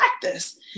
practice